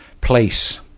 place